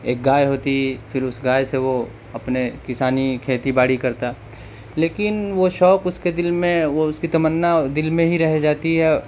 ایک گائے ہوتی پھر اس گائے سے وہ اپنے کسانی کھیتی باڑی کرتا لیکن وہ شوق اس کے دل میں وہ اس کی تمنا دل میں ہی رہ جاتی ہے